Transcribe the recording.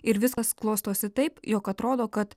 ir viskas klostosi taip jog atrodo kad